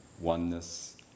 oneness